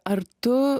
ar tu